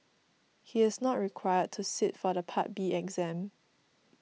he is not required to sit for the Part B exam